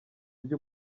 byo